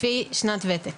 לפי שנת ותק.